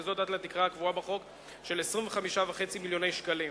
וזאת עד לתקרה הקבועה בחוק של 25.5 מיליון שקלים.